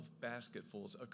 basketfuls